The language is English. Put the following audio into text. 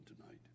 tonight